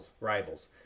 rivals